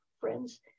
friends